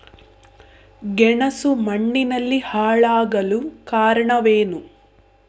ಗೆಣಸು ಮಣ್ಣಿನಲ್ಲಿ ಹಾಳಾಗಲು ಕಾರಣವೇನು?